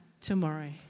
tomorrow